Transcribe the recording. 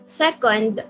second